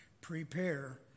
prepare